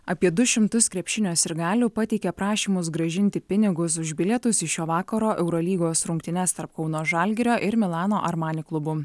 apie du šimtus krepšinio sirgalių pateikė prašymus grąžinti pinigus už bilietus į šio vakaro eurolygos rungtynes tarp kauno žalgirio ir milano armani klubų